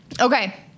Okay